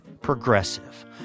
Progressive